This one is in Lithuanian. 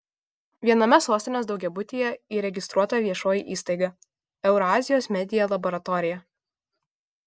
viename sostinės daugiabutyje įregistruota viešoji įstaiga eurazijos media laboratorija